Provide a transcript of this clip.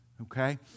Okay